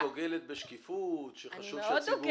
חשבתי שאת דוגלת בשקיפות, שחשוב שהציבור יידע,